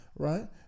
right